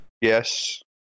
Yes